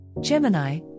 Gemini